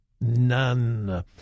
None